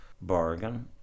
bargain